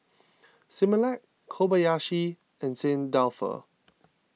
Similac Kobayashi and Saint Dalfour